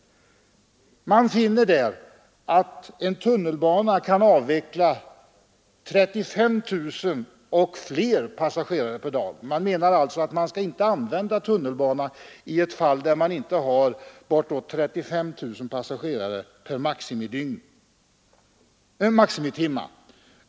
De undersökningar som gjorts där visar att en tunnelbana kan avveckla 35 000 och fler passagerare per timme. Tunnelbana behövs alltså inte i fall där man inte har bortåt 35 000 passagerare per maximitimme.